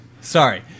sorry